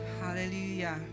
Hallelujah